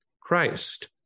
Christ